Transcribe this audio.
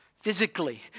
physically